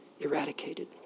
eradicated